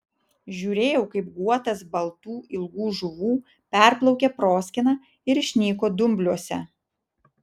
žiūrėjau kaip guotas baltų ilgų žuvų perplaukė proskyną ir išnyko dumbliuose